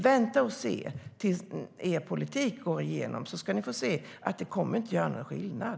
Vänta och se tills er politik går igenom, så ska ni få se att den inte kommer att göra någon skillnad!